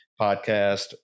podcast